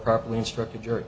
properly instructed jury